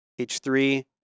H3